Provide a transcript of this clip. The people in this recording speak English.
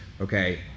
okay